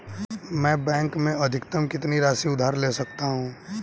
मैं बैंक से अधिकतम कितनी राशि उधार ले सकता हूँ?